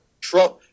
Trump